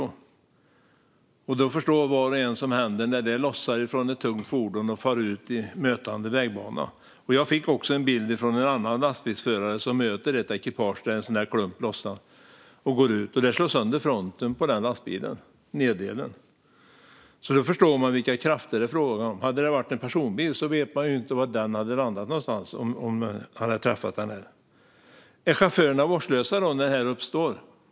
Var och en förstår vad som händer när en sådan klump lossnar från ett tungt fordon och far ut i mötande vägbana. Jag fick också en bild från en lastbilsförare som möter ett ekipage där en sådan där klump lossnar. Den slår sönder nederdelen av fronten på lastbilen. Man förstår vilka krafter det handlar om. Hade det varit en personbil vet man inte hur det hade gått om den hade blivit träffad. Är chaufförerna vårdslösa när det här händer?